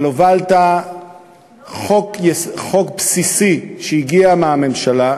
אבל הובלת חוק בסיסי שהגיע מהממשלה,